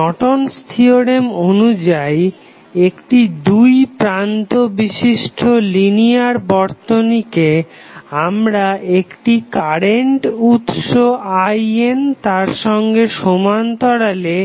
Norton's theorem Nortons theorem অনুযায়ী একটি দুইপ্রান্ত বিশিষ্ট লিনিয়ার বর্তনীকে আমরা একটি কারেন্ট উৎস IN তার সঙ্গে সমান্তরালে